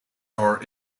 are